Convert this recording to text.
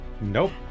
Nope